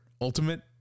Ultimate